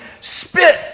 spit